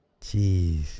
Jeez